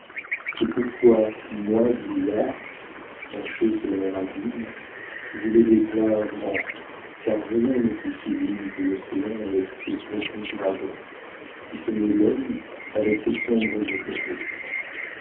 c'est pourquoi moi vieillard penché sur leur abîme je les déclare grands car rien n'est plus sublime que l'océan avec ses profonds ouragans si ce n'est l'homme avec ses sombres épopées